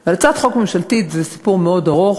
אבל הצעת חוק ממשלתית זה סיפור מאוד ארוך,